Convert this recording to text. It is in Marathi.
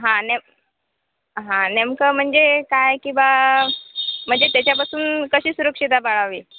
हां नेम हां नेमकं म्हणजे काय की बा म्हणजे त्याच्यापासून कशी सुरक्षितता पाळावी